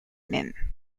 même